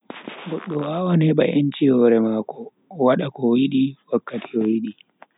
Goddo wawan heba enchi hore mako, o wada ko o yidi wakkati o yidi.